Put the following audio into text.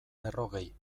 berrogei